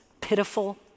pitiful